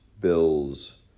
bills